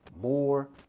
more